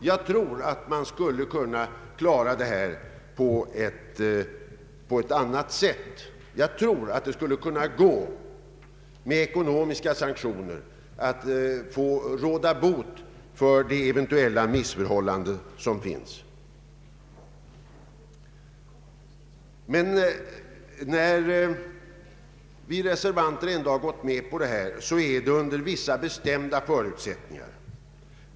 Jag tror att man skulle kunna lösa detta problem på ett annat sätt. Det skulle kunna gå att med ekonomiska sanktioner råda bot på de eventuella missförhållanden som förekommer. När vi reservanter ändå gått med på förslaget, har det skett under vissa bestämda förutsättningar.